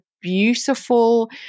beautiful